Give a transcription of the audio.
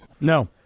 No